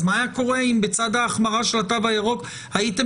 מה היה קורה אם בצד ההחמרה של התו הירוק הייתם